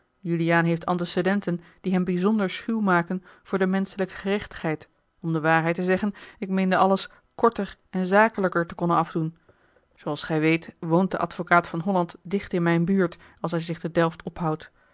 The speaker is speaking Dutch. juliaan heeft antecedenten die hem bijzonder schuw maken voor de menschelijke gerechtigheid om de waarheid te zeggen ik meende alles korter en zakelijker te konnen afdoen zooals gij weet woont de advocaat van holland dicht in mijne buurt als hij zich te delft ophoudt